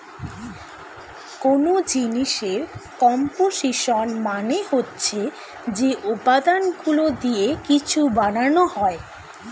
কোন জিনিসের কম্পোসিশন মানে হচ্ছে যে উপাদানগুলো দিয়ে কিছু বানানো হয়